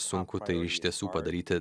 sunku tai iš tiesų padaryti